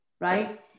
Right